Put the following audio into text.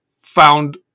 found